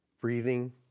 breathing